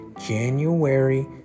January